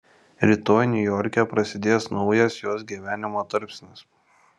rytoj niujorke prasidės naujas jos gyvenimo tarpsnis